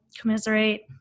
commiserate